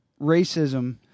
racism